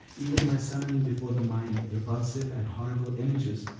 even by summoning before the mind repulsive and horrible images,